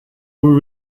were